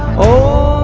all